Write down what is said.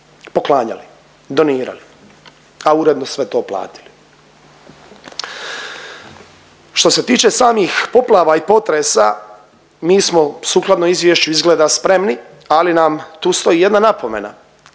poklanjali, donirali, a uredno sve to platili. Što se tiče samih poplava i potresa, mi smo sukladno izvješću izgleda spremni ali nam tu stoji jedna napomena